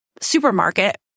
supermarket